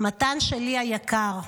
"מתן שלי היקר,